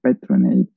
patronage